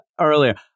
earlier